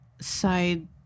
side